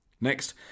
Next